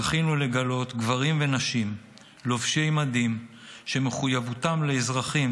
זכינו לגלות גברים ונשים לובשי מדים שמחויבותם לאזרחים